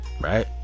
right